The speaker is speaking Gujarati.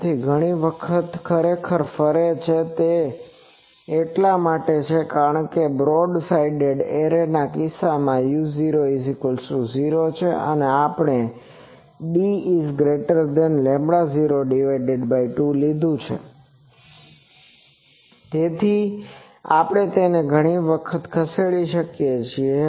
તેથી ઘણી વખત તે ખરેખર ફરે છે તે એટલા માટે છે કારણ કે તે બ્રોડ સાઇડ એરે ના કિસ્સા માં u0 0 છે અને આપણે dλ02 લીધું છે તેથી આપણે તેને ઘણી વખત ખસેડી શકીએ છીએ